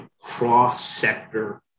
cross-sector